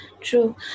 true